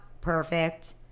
perfect